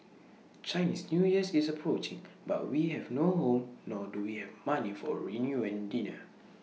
Chinese New Year is approaching but we have no home nor do we have money for A reunion dinner